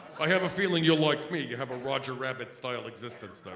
i have a feeling you're like me you have a roger rabbit style existence, that